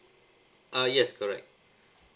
uh yes correct